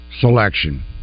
selection